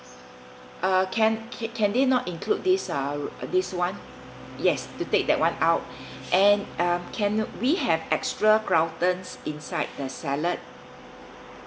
uh can can can they not include this ah this [one] yes to take that [one] out and um can we have extra croutons inside the salad